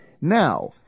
Now